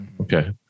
okay